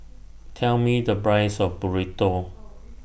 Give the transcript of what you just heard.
Tell Me The Price of Burrito